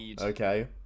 okay